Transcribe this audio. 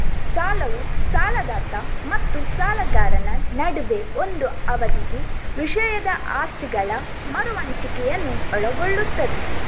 ಸಾಲವು ಸಾಲದಾತ ಮತ್ತು ಸಾಲಗಾರನ ನಡುವೆ ಒಂದು ಅವಧಿಗೆ ವಿಷಯದ ಆಸ್ತಿಗಳ ಮರು ಹಂಚಿಕೆಯನ್ನು ಒಳಗೊಳ್ಳುತ್ತದೆ